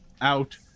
out